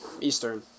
eastern